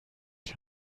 qui